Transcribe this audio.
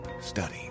study